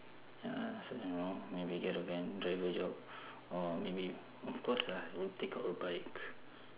ya so you know maybe get a van driver job or maybe of course I will take up a bike